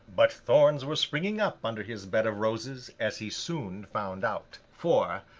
but, thorns were springing up under his bed of roses, as he soon found out. for,